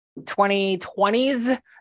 2020s